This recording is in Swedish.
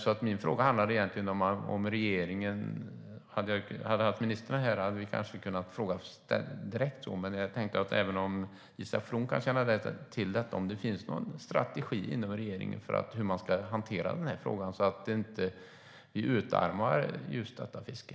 Hade vi haft ministrarna här kanske jag hade kunnat ställa frågan direkt, men jag tänkte att Isak From kanske känner till om det finns någon strategi inom regeringen för hur man ska hantera den här frågan så att vi inte utarmar just detta fiske.